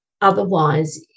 otherwise